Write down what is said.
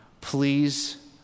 Please